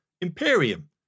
Imperium